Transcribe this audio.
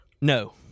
No